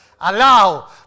Allow